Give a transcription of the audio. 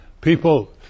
People